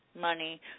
money